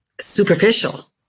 superficial